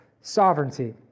sovereignty